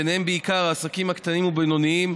ביניהם בעיקר העסקים הקטנים והבינוניים,